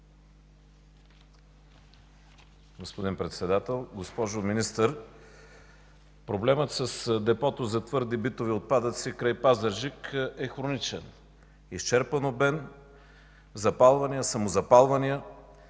Господин Председател, госпожо Министър! Проблемът с депото за твърди битови отпадъци край Пазарджик е хроничен – изчерпан обем, запалвания, самозапалвания.